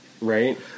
Right